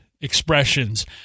expressions